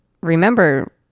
remember